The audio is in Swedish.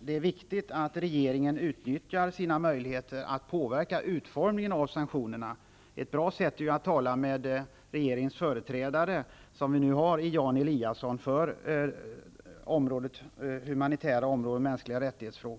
det är viktigt att regeringen utnyttjar sina möjligheter att påverka utformningen av sanktionerna. Ett bra sätt är att tala med regeringens företrädare i FN som vi nu har i Jan Eliasson när det gäller det humanitära området och frågor om mänskliga rättigheter.